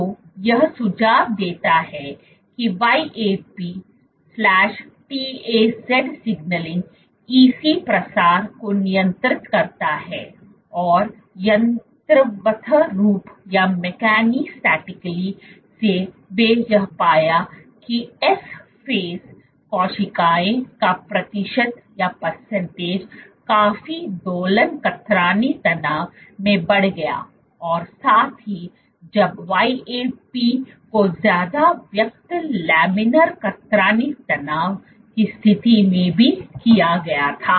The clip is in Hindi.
तो यह सुझाव देता है कि YAP TAZ सिग्नलिंग EC प्रसार को नियंत्रित करता है और यंत्रवत् रूप से वे यह पाया की एस चरण कोशिकाओं का प्रतिशत काफी दोलन कतरनी तनाव में बढ़ गया और साथ ही जब YAP को ज्यादा व्यक्त लेमिनर कतरनी तनाव की स्थिति में भी किया गया था